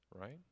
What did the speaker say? right